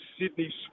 Sydney